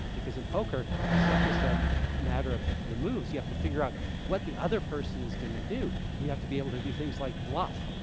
because in poker, it's not just a matter of the moves. you have to figure out what the other person is going to do, and you have to be able to do things like bluff.